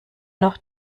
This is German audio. noch